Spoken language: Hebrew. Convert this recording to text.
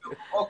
אוקיי,